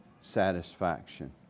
satisfaction